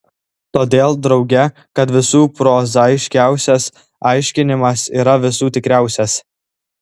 todėl drauge kad visų prozaiškiausias aiškinimas yra visų tikriausias